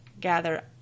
gather